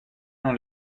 dans